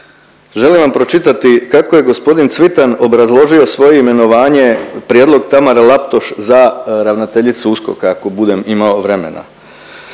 želim vam pročitati kako je gospodin Cvitan obrazložio svoje imenovanje, prijedlog Tamare Laptoš za ravnateljicu USKOK-a ako budem imao vremena.